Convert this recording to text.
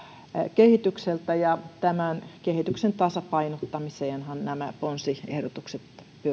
kehitykseltä ja tämän kehityksen tasapainottamiseenhan nämä ponsiehdotukset